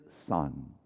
son